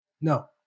No